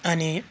अनि